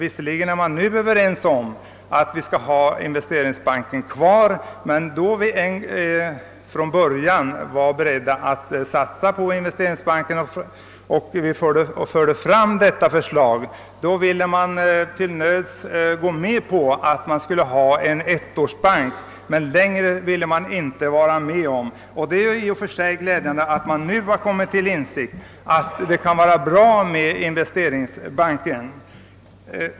Visserligen anser man nu att vi skall ha Investeringsbanken kvar, men då vi förde fram förslaget om en investeringsbank kunde man till nöds gå med på att det inrättades en bank för ett år — längre tid ville man inte vara med om. Det är i och för sig glädjande att man nu har kommit till insikt om att det kan vara bra att ha Investeringsbanken.